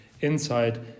inside